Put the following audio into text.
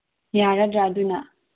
ꯌꯥꯔꯗ꯭ꯔꯥ ꯑꯗꯨꯅ